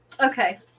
Okay